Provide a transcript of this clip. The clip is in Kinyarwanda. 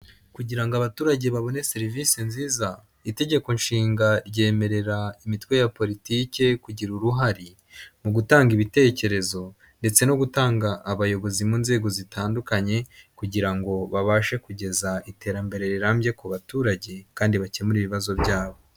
Kugira ngo abaturage babone serivisi nziza itegeko nshinga ryemerera imitwe ya politiki kugira uruhare mu gutanga ibitekerezo ndetse no gutanga abayobozi mu nzego zitandukanye kugira ngo babashe kugeza iterambere rirambye ku baturage kandi bakemure ibibazo byabo.